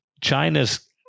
china's